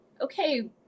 okay